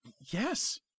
Yes